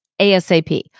ASAP